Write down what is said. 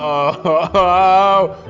ah!